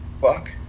Fuck